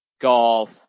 golf